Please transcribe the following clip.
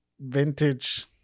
vintage